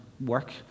work